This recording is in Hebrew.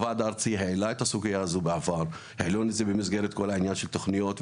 הוועד הארצי העלה את הסוגייה הזאת בעבר במסגרת כל נושא התוכניות,